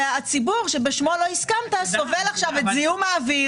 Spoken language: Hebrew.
והציבור שבשמו לא הסכמת סובל עכשיו את זיהום האוויר,